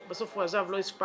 בסוף הוא עזב ולא הספקנו.